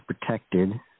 protected